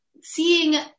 seeing